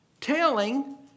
telling